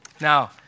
Now